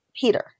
Peter